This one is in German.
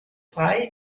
frei